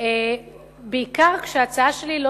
בעיקר כשההצעה שלי לא